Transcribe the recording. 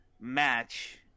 match